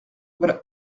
voilà